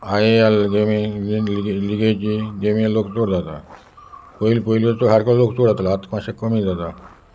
I ए आल गेमी लिगेची गेमी लोक चड जाता पयली पयलीचो सारको लोक चोड जातात आतां मात्श कमी जाता